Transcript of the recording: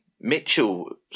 Mitchell